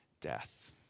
death